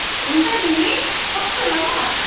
हुन्छ नि नि सक्छु होला म